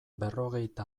berrogeita